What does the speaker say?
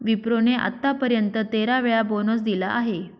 विप्रो ने आत्तापर्यंत तेरा वेळा बोनस दिला आहे